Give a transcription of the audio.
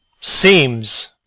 Seems